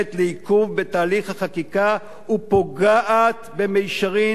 גורמת לעיכוב בתהליך החקיקה ופוגעת במישרין